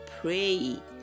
pray